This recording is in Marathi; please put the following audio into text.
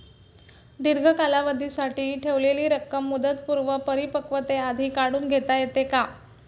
दीर्घ कालावधीसाठी ठेवलेली रक्कम मुदतपूर्व परिपक्वतेआधी काढून घेता येते का?